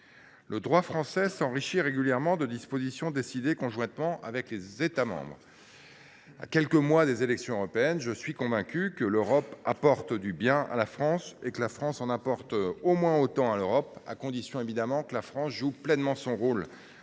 Le droit français s’enrichit régulièrement de dispositions décidées conjointement avec les États membres. À quelques mois des élections européennes, je suis convaincu que l’Europe apporte du bien à la France et que la France en apporte au moins autant à l’Europe, à condition naturellement que la France joue pleinement son rôle